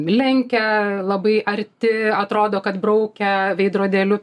lenkia labai arti atrodo kad braukia veidrodėliu